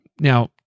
Now